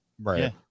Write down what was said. Right